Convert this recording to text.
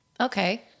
okay